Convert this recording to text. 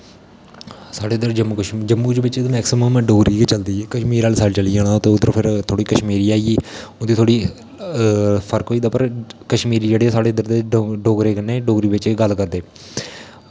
साढ़े इद्धर जम्मू च मैकसिमम डोगरी गै चलदी ऐ कश्मीर आह्ली साईड चली जाना होऐ ते फिर उद्धर थोह्ड़ी कश्मीरी आई गेई उत्थै थोह्ड़ा फर्क होई जंदा पर कश्मीरी जेह्ड़े साढ़े जेह्ड़े इद्धर दे डोगरें कन्नै डोगरी बिच्च गै गल्ल करदे